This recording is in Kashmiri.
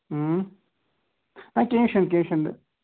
اَ کیٚنٛہہ چھُنہٕ کیٚنٛہہ چھُنہٕ